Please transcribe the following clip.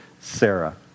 Sarah